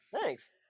Thanks